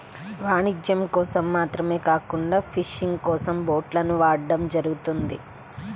వాణిజ్యం కోసం మాత్రమే కాకుండా ఫిషింగ్ కోసం బోట్లను వాడటం జరుగుతుంది